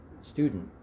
student